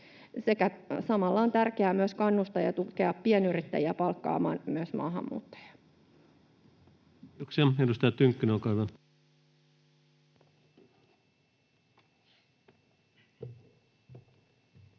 samalla on tärkeää myös kannustaa ja tukea pienyrittäjiä palkkaamaan myös maahanmuuttajia. [Speech 180] Speaker: Ensimmäinen